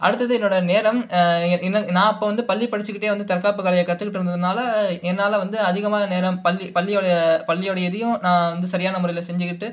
அடுத்தது என்னோட நேரம் நான் அப்போ வந்து பள்ளி படிச்சிகிட்டே வந்து தற்காப்பு கலையை கற்றுட்டுருந்ததுனால என்னால் வந்து அதிகமாக நேரம் பள்ளி பள்ளியோடயை பள்ளியோடதையும் நான் வந்து சரியான முறையில் செஞ்சிக்கிட்டு